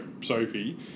soapy